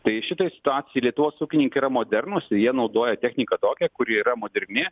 tai šitoj situacijoj lietuvos ūkininkai yra modernūs jie naudoja techniką tokią kuri yra moderni